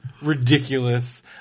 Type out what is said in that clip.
ridiculous